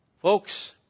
Folks